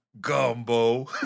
gumbo